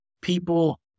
People